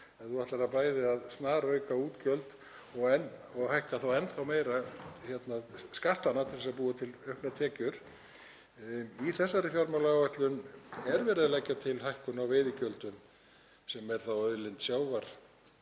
ef þú ætlar bæði að snarauka útgjöld og hækka þá enn þá meira skattana til að búa til auknar tekjur. Í þessari fjármálaáætlun er verið að leggja til hækkun á veiðigjöldum sem er auðlind sjávar.